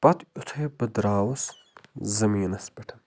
پَتہٕ یُتھٕے بہٕ درٛاوُس زٔمیٖنَس پٮ۪ٹھٕ